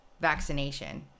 vaccination